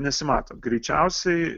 nesimato greičiausiai